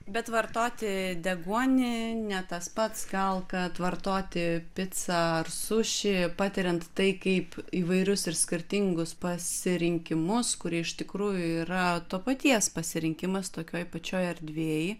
bet vartoti deguonį ne tas pats gal kad vartoti picą ar sušį patiriant tai kaip įvairius skirtingus pasirinkimus kurie iš tikrųjų yra to paties pasirinkimas tokioj pačioj erdvėj